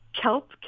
Kelp